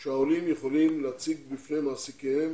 כדי שהעולים יוכלו להציג בפני מעסיקיהם